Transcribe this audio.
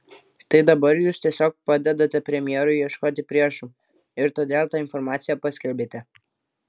tai dabar jūs tiesiog padedate premjerui ieškoti priešų ir todėl tą informaciją paskelbėte